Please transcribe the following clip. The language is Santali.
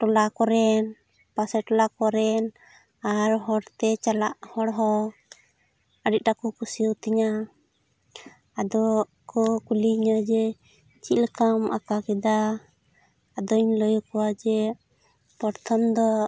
ᱴᱚᱞᱟ ᱠᱚᱨᱮᱱ ᱯᱟᱥᱮ ᱴᱚᱞᱟ ᱠᱚᱨᱮᱱ ᱟᱨ ᱦᱚᱨ ᱛᱮ ᱪᱟᱞᱟᱜ ᱦᱚᱲ ᱦᱚᱸ ᱟᱹᱰᱤ ᱟᱸᱴ ᱠᱚ ᱠᱩᱥᱤᱭᱟᱛᱤᱧᱟ ᱟᱫᱚ ᱠᱚ ᱠᱩᱞᱤᱧᱟᱹ ᱡᱮ ᱪᱮᱫ ᱞᱮᱠᱟᱢ ᱟᱸᱠᱟᱣ ᱠᱮᱫᱟ ᱟᱫᱚᱧ ᱞᱟᱹᱭ ᱟᱠᱚᱣᱟ ᱡᱮ ᱯᱚᱨᱛᱷᱚᱢ ᱫᱚ